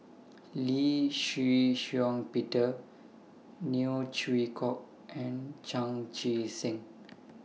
Lee Shih Shiong Peter Neo Chwee Kok and Chan Chee Seng